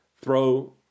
throw